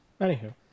Anywho